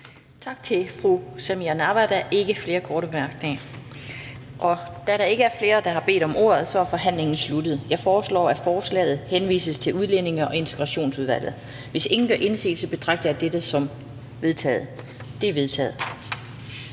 Tak til fru Samira Nawa. Der er ikke flere korte bemærkninger. Da der ikke er flere, der har bedt om ordet, er forhandlingen sluttet. Jeg foreslår, at forslaget til folketingsbeslutning henvises til Udlændinge- og Integrationsudvalget. Hvis ingen gør indsigelse, betragter jeg dette som vedtaget. Det er vedtaget.